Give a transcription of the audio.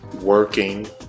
working